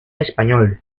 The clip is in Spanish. español